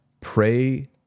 pray